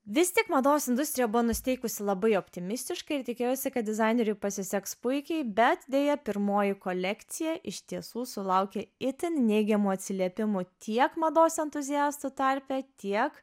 vis tik mados industrija buvo nusiteikusi labai optimistiškai ir tikėjosi kad dizaineriui pasiseks puikiai bet deja pirmoji kolekcija iš tiesų sulaukė itin neigiamų atsiliepimų tiek mados entuziastų tarpe tiek